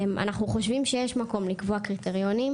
אנחנו חושבים שיש מקום לקבוע קריטריונים